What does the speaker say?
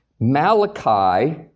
Malachi